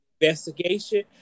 investigation